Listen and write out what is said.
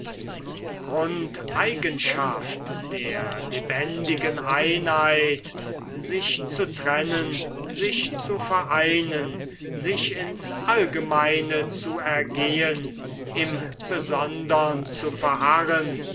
grundeigenschaft der lebendigen einheit sich zu trennen sich zu vereinen sich ins allgemeine zu ergehen im besondern zu verharren